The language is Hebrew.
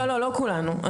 לא כולנו.